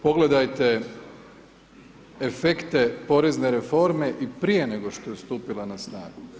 Pogledajte efekte porezne reforme i prije nego što je stupila na snagu.